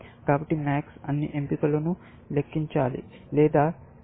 కాబట్టి MAX అన్ని MIN ఎంపికలను లెక్కించాలి లేదా తీర్చాలి